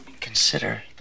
Consider